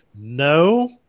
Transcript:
No